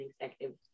executive